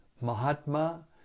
Mahatma